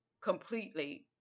completely